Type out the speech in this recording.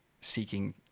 seeking